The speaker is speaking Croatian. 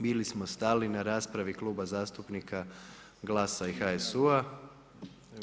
Bili smo stali na raspravi Kluba zastupnika GLAS-a i HSU-a.